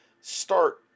start